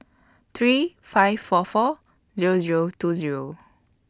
three five four four Zero Zero two Zero